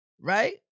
right